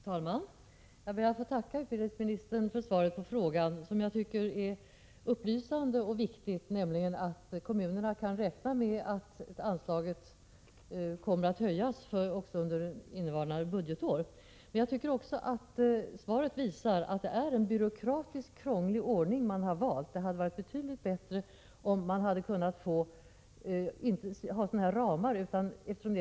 Fru talman! Jag ber att få tacka utbildningsministern för svaret på min fråga, som jag tycker är upplysande och viktigt, nämligen att kommunerna kan räkna med att anslaget kommer att höjas också innevarande budgetår. Men jag tycker även att svaret visar att det är en byråkratiskt krånglig ordning som man har valt. Det hade varit betydligt bättre om man inte hade haft sådana ramar som nu tillämpas.